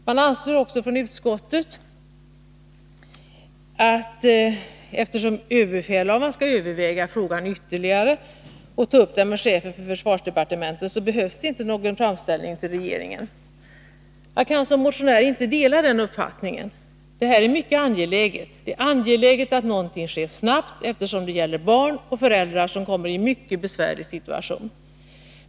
Man anser också att eftersom överbefälhavaren skall överväga frågan ytterligare och ta upp den med chefen för försvarsdepartementet, så behövs det inte någon framställning till regeringen. Jag kan som motionär inte dela den uppfattningen. Detta är mycket angeläget. Det är angeläget att något sker snabbt, eftersom det gäller barn och föräldrar som kommer i en mycket besvärlig situation.